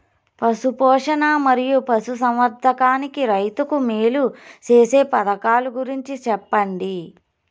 పశు పోషణ మరియు పశు సంవర్థకానికి రైతుకు మేలు సేసే పథకాలు గురించి చెప్పండి?